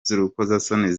z’urukozasoni